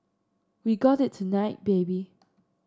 we got it tonight baby